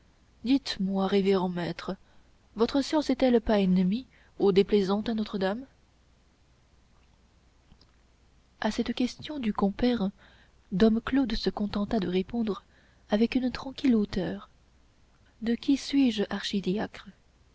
dites-moi révérend maître votre science est-elle pas ennemie ou déplaisante à notre-dame à cette question du compère dom claude se contenta de répondre avec une tranquille hauteur de qui suis-je archidiacre